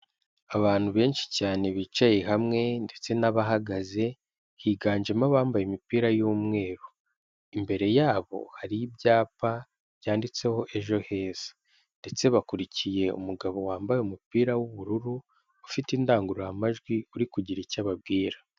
Abantu benshi cyane bicaye hamwe ndetse n'abahagaze, higanjemo abambaye imipira y'umweru. Imbere yabo hari ibyapa byanditseho ejo heza ndetse bakurikiye umugabo wambaye umupira w'ubururu, ufite indangururamajwi, uri kugira icyo ababwira.